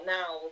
now